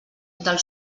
del